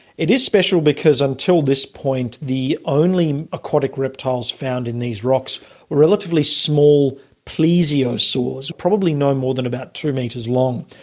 it is special because until this point the only aquatic reptiles found in these rocks were relatively small plesiosaurs, probably no more than about two metres long.